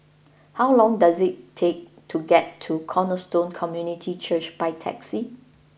how long does it take to get to Cornerstone Community Church by taxi